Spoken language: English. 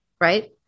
right